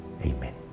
Amen